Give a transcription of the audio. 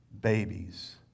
babies